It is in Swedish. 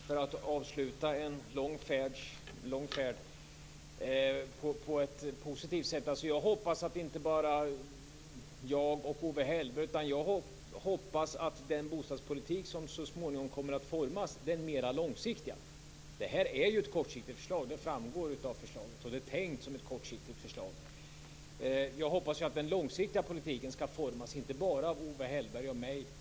Fru talman! Ja, för att avsluta en lång färd på ett positivt sätt, kan jag säga att jag hoppas att detta inte bara gäller mig och Owe Hellberg. Jag hoppas på den bostadspolitik som så småningom kommer att formas, alltså den mer långsiktiga. Det här är ju ett kortsiktigt förslag, och det är tänkt som ett kortsiktigt förslag. Jag hoppas att den långsiktiga politiken skall formas inte bara av Owe Helberg och mig - alltså